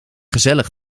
gezellig